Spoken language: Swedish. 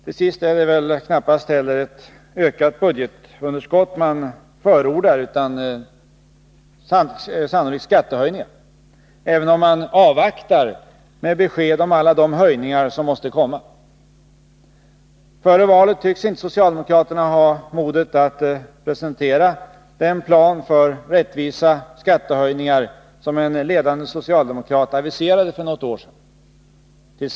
Till sist är det väl knappast heller ett ökat budgetunderskott man förordar utan sannolikt skattehöjningar — även om man avvaktar med besked om alla de höjningar som måste komma. Före valet tycks inte socialdemokraterna ha modet att presentera den ”plan för rättvisa skattehöjningar” som en ledande socialdemokrat aviserade för något år sedan.